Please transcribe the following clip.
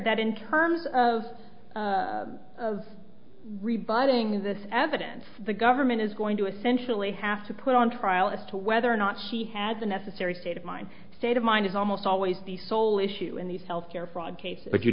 that in terms of rebutting this evidence the government is going to essentially have to put on trial as to whether or not she had the necessary state of mind state of mind is almost always the sole issue in these health care fraud cases but you